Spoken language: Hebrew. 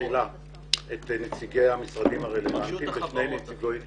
שכוללת את נציגי המשרדים הרלוונטיים ושני נציגי ציבור.